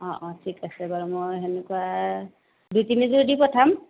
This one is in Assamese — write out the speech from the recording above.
অঁ অঁ ঠিক আছে বাৰু মই তেনেকুৱা দুই তিনিযোৰ দি পঠাম